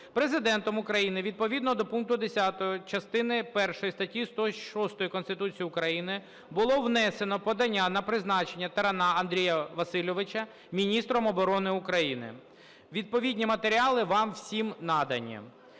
Президентом України відповідно до пункту 10 частини першої статті 106 Конституції України було внесено подання на призначення Тарана Андрія Васильовича міністром оборони України. Відповідні матеріали вам всім надані.